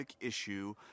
issue